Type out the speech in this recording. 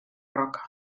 roca